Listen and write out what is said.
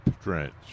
trench